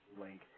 link